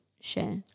share